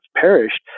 perished